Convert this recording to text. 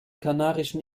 kanarischen